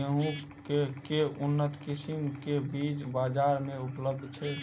गेंहूँ केँ के उन्नत किसिम केँ बीज बजार मे उपलब्ध छैय?